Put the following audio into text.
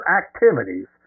activities